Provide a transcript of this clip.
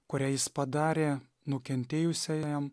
kurią jis padarė nukentėjusiajam